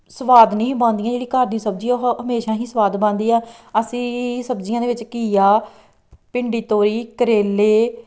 ਸੁਆਦ ਨਹੀਂ ਹੀ ਬਣਦੀਆਂ ਜਿਹੜੀ ਘਰ ਦੀ ਸਬਜ਼ੀ ਹੈ ਓ ਉਹ ਹਮੇਸ਼ਾ ਹੀ ਸਵਾਦ ਬਣਦੀ ਹੈ ਅਸੀਂ ਸਬਜ਼ੀਆਂ ਦੇ ਵਿੱਚ ਘੀਆ ਭਿੰਡੀ ਤੋਰੀ ਕਰੇਲੇ